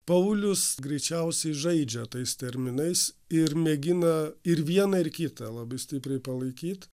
paulius greičiausiai žaidžia tais terminais ir mėgina ir vieną ir kitą labai stipriai palaikyt